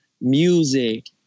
music